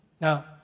Now